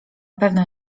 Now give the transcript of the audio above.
pewno